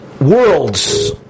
worlds